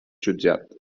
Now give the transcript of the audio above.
jutjat